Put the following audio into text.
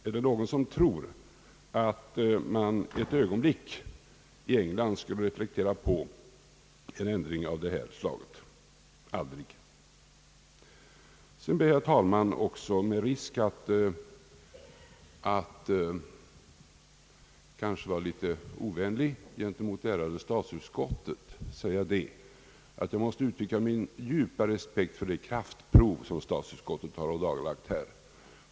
är det någon som tror att man ett ögonblick där skulle reflektera på en ändring av det här slaget? Aldrig! Med risk att kanske vara litet ovänlig gentemot det ärade statsutskottet ber jag, herr talman, att få uttrycka min djupa respekt för det kraftprov som utskottet har ådagalagt här.